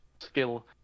skill